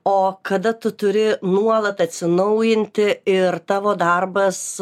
o kada tu turi nuolat atsinaujinti ir tavo darbas